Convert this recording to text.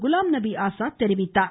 குலாம்நபி ஆசாத் தெரிவித்தார்